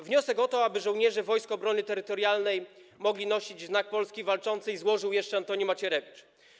Wniosek o to, aby żołnierze Wojsk Obrony Terytorialnej mogli nosić Znak Polski Walczącej, złożył jeszcze Antoni Macierewicz.